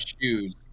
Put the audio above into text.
shoes